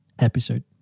episode